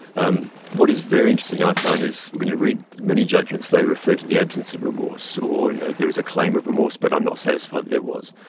um what is very interesting i find is when you read the many judgements they refer to the absence of remorse, or and there was a claim of remorse but i'm not satisfied there was.